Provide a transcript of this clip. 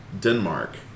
Denmark